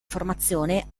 formazione